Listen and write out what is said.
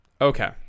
Okay